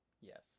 Yes